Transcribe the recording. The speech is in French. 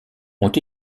ont